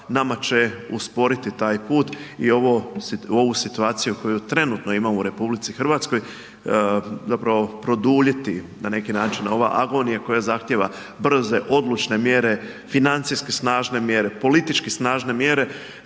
nama će usporiti taj put. I ovu situaciju koju trenutno imamo u RH zapravo produljiti na neki način ova agonija koja zahtjeva brze, odlučne mjere, financijske snažne mjere, politički snažne mjere